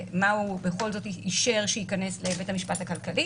ומה הוא בכל זאת אישר שייכנס לבית המשפט הכלכלי,